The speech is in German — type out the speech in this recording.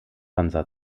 hansa